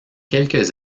quelques